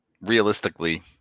Realistically